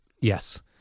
Yes